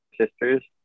sisters